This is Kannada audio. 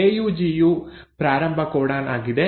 ಎಯುಜಿ ಯು ಪ್ರಾರಂಭ ಕೋಡಾನ್ ಆಗಿದೆ